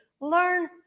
learn